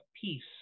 peace